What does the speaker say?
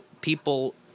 people